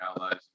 allies